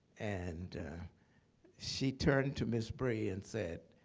and she turned to ms. bry and said,